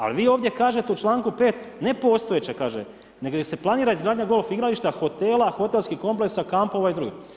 A vi ovdje kažete u članku 5. ne postojeće kaže, nego da se planira izgradnja golf igrališta, hotela, hotelskih kompleksa, kampova i drugih.